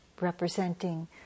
representing